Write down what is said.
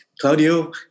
Claudio